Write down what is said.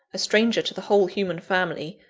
a stranger to the whole human family,